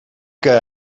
que